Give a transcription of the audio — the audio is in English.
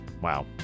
Wow